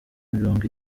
mirongo